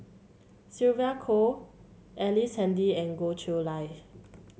Sylvia Kho Ellice Handy and Goh Chiew Lye